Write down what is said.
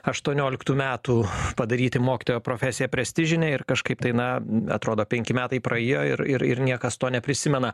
aštuonioliktų metų padaryti mokytojo profesiją prestižine ir kažkaip tai na atrodo penki metai praiejo ir ir ir niekas to neprisimena